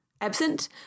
absent